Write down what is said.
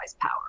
power